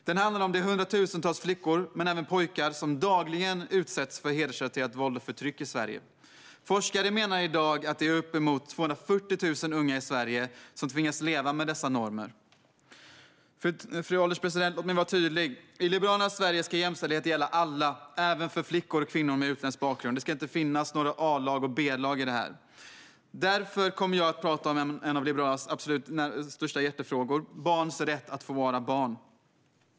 Den handlar om de hundratusentals flickor, men även pojkar, som dagligen utsätts för hedersrelaterat våld och förtryck i Sverige. Forskare menar i dag att det är uppemot 240 000 unga i Sverige som tvingas leva med dessa normer. Fru ålderspresident! Låt mig vara tydlig! I Liberalernas Sverige ska jämställdhet gälla alla, även flickor och kvinnor med utländsk bakgrund. Det ska inte finnas några A-lag och B-lag i detta avseende. Därför kommer jag att prata om en av Liberalernas absolut största hjärtefrågor: barns rätt att få vara barn.